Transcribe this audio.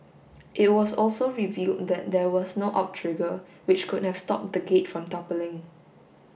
it was also revealed that there was no outrigger which could have stopped the gate from toppling